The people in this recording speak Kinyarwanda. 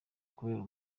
kubera